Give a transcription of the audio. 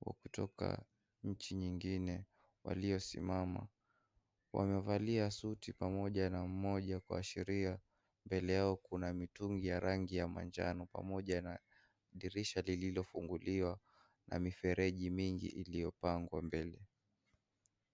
kutoka nchi nyingine waliosimama. Wamevalia suti pamoja na mmoja kuashiria. Mbele yao kuna mitungi ya rangi ya manjano pamoja na dirisha lililofunguliwa na mifereji mingi iliyopangwa mbele.